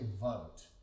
vote